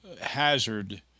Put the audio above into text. hazard